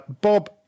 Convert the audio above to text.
Bob